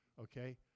okay